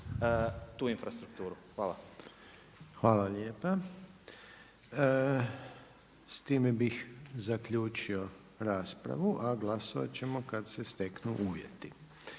**Reiner, Željko (HDZ)** Hvala lijepa. S time bih zaključio raspravu, a glasovat ćemo kada se steknu uvjeti.